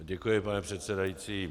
Děkuji, pane předsedající.